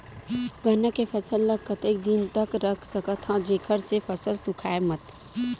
गन्ना के फसल ल कतेक दिन तक रख सकथव जेखर से फसल सूखाय मत?